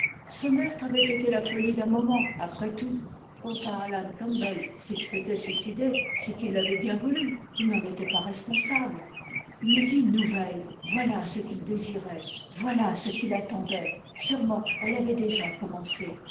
ce meurtre avait été la folie d'un moment après tout quant à alan campbell s'il s'était suicidé c'est qu'il l'avait bien voulu nen était pas responsable une vie nouvelle voilà ce qu'il désirait voilà ce qu'il attendait sûrement elle avait déjà commencé